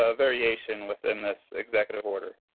ah variation within this executive order.